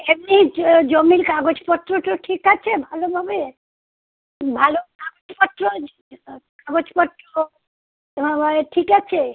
এমনি জ জমির কাগজপত্র তো ঠিক আছে ভালোভাবে ভালো কাগজপত্র যে কাগজপত্র না হয় ঠিক আছে